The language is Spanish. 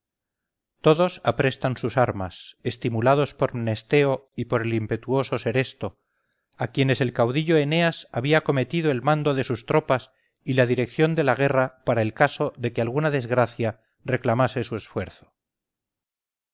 todos aprestan sus armas estimulados por mnesteo y por el impetuoso seresto a quienes el caudillo eneas había cometido el mando de sus tropas y la dirección de la guerra para el caso de que alguna desgracia reclamase su esfuerzo